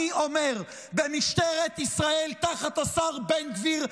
אני אומר: במשטרת ישראל תחת השר בן גביר,